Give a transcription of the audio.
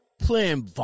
Playing